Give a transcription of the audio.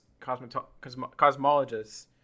cosmologists